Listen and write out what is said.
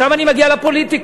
עכשיו אני מגיע לפוליטיקה.